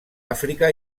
àfrica